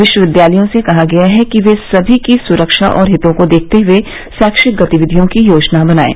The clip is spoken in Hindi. विश्वविद्यालयों से कहा गया है कि वे सभी की सुरक्षा और हितों को देखते हुए शैक्षिक गतिविधियों की योजना बनाएँ